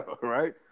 Right